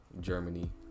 Germany